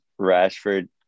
Rashford